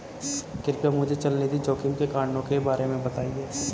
कृपया मुझे चल निधि जोखिम के कारणों के बारे में बताएं